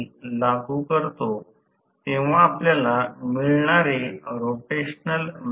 म्हणून जर आपण हे x 2 वर ठेवले तर हा r2 रोटर प्रतिरोध आहे